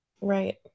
Right